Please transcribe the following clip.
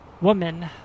woman